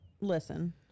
Listen